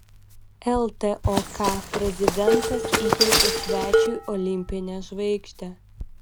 ltok prezidentas įteikė svečiui olimpinę žvaigždę